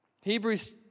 Hebrews